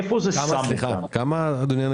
כמה?